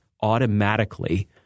automatically